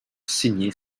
signer